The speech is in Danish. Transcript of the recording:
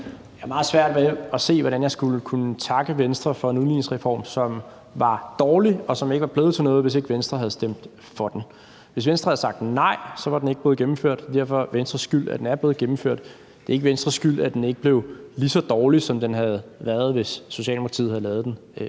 Jeg har meget svært ved at se, hvordan jeg skulle kunne takke Venstre for en udligningsreform, som er dårlig, og som ikke var blevet til noget, hvis Venstre ikke havde stemt for den. Hvis Venstre havde sagt nej, var den ikke blevet gennemført. Derfor er det Venstres skyld, at den er blevet gennemført. Det er ikke Venstres skyld, at den ikke blev lige så dårlig, som den var blevet, hvis Socialdemokratiet havde lavet den